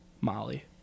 Molly